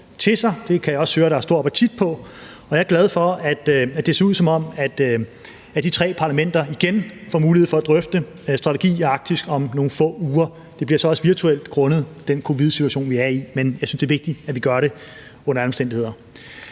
til sig – det kan jeg også høre, at der er stor appetit på – og jeg er glad for, at det ser ud, som om de tre parlamenter igen får mulighed for at drøfte strategi i Arktis om nogle få uger. Det bliver så også virtuelt grundet den covid-19-situation, vi er i. Men jeg synes under alle omstændigheder,